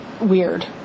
weird